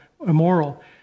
immoral